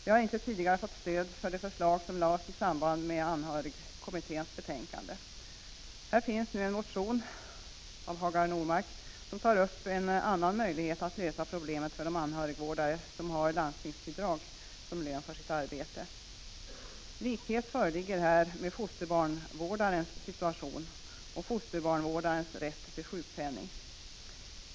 Vi har inte tidigare fått stöd för det förslag som lades i samband med anhörigkommitténs betänkande. Här finns nu en motion av Hagar Normark som tar upp en annan möjlighet att lösa problemet för de anhörigvårdare som har landstingsbidrag som lön för sitt arbete. Likhet föreligger med fosterbarnvårdares situation och fosterbarnvårdares rätt till sjukpenning.